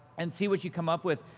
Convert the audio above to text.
and see what you come up with.